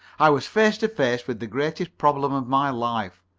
i was face to face with the greatest problem of my life.